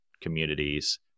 communities